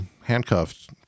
handcuffed